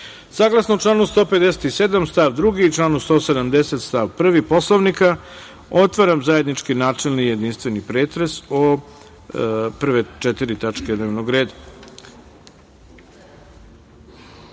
članu 157. stav 2. i članu 170.stav 1. Poslovnika otvaram zajednički načelni i jedinstveni pretres o prve četiri tačke dnevnog reda. Ko